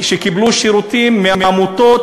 שקיבלו שירותים מעמותות